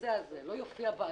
הנושא הזה לא יופיע בהגדרות,